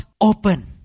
open